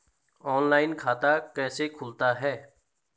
Online खाता कैसे खुलता है?